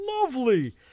lovely